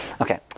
Okay